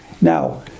Now